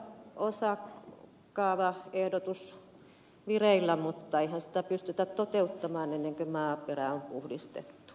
siellä on osakaavaehdotus vireillä mutta eihän sitä pystytä toteuttamaan ennen kuin maaperä on puhdistettu